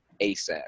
ASAP